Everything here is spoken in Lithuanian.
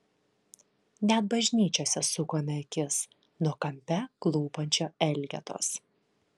net bažnyčiose sukame akis nuo kampe klūpančio elgetos